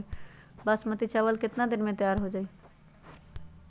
बासमती चावल केतना दिन में तयार होई?